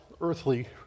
earthly